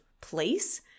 place